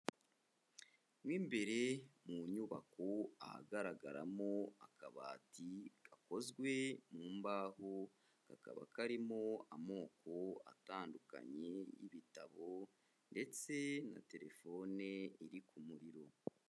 Mo imbere mu nyubako ahagaragaramo akabati gakozwe mu mbaho, kakaba karimo amoko atandukanye y'ibitabo ndetse na telefone iri ku muriro.